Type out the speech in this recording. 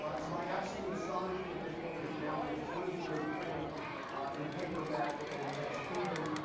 ah to my absolute astonishment, this book is now in its twenty third printing in paperback and has proven,